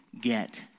get